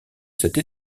cette